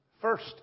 first